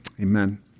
Amen